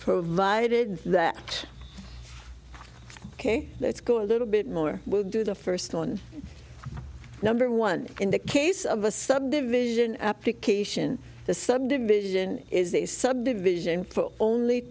provided that ok let's go a little bit more to do the first one number one in the case of a subdivision application the subdivision is a subdivision for only